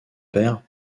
père